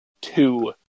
two